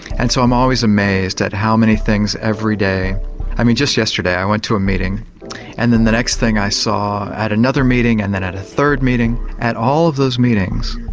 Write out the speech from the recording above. and so i'm always amazed at how many things every day i mean just yesterday i went to a meeting and then the next thing i saw at another meeting and then at a third meeting at all of those meetings,